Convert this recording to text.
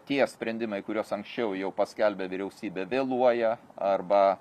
tie sprendimai kuriuos anksčiau jau paskelbė vyriausybė vėluoja arba